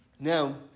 Now